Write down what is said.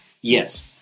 yes